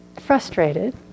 frustrated